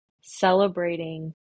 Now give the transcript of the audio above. celebrating